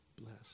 bless